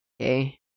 Okay